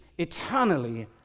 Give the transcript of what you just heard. Eternally